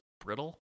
brittle